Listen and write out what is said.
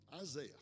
Isaiah